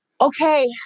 okay